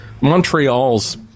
Montreal's